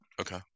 okay